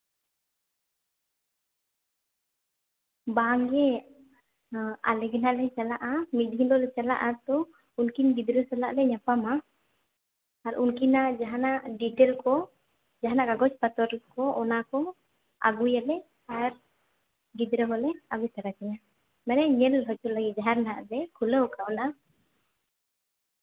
ᱵᱟᱝ ᱜᱮ ᱦᱚᱸ ᱟᱞᱮ ᱜᱮ ᱦᱟᱸᱜ ᱞᱮ ᱪᱟᱞᱟᱜᱼᱟ ᱢᱤᱫ ᱫᱤᱱ ᱦᱤᱞᱳᱜ ᱪᱟᱞᱟᱜᱼᱟ ᱞᱮ ᱟᱹᱛᱩ ᱩᱱᱠᱤᱱ ᱜᱤᱫᱽᱨᱟᱹ ᱥᱟᱞᱟᱜ ᱞᱮ ᱧᱟᱯᱟᱢᱚᱜᱼᱟ ᱟᱨ ᱩᱱᱠᱤᱱᱟᱜ ᱡᱟᱦᱟᱱᱟᱜ ᱰᱤᱴᱮᱞᱥ ᱠᱚ ᱡᱟᱦᱟᱱᱟᱜ ᱠᱟᱜᱚᱡᱽ ᱯᱚᱛᱨᱚ ᱠᱚ ᱚᱱᱟ ᱠᱚ ᱟᱹᱜᱩᱭᱟᱞᱮ ᱟᱨ ᱜᱤᱫᱽᱨᱟᱹ ᱦᱚᱸᱞᱮ ᱟᱹᱜᱩ ᱛᱚᱨᱟ ᱠᱤᱱᱟᱹ ᱢᱟᱱᱮ ᱧᱮᱞ ᱦᱚᱪᱚ ᱞᱟᱹᱜᱤᱫ ᱡᱟᱦᱟᱸ ᱱᱟᱜ ᱞᱮ ᱠᱷᱩᱞᱟᱹᱣ ᱟᱠᱟᱫ ᱚᱱᱟ